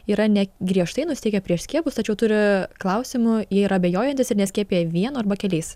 yra ne griežtai nusiteikę prieš skiepus tačiau turi klausimų jie yra abejojantys ir neskiepija vienu arba keliais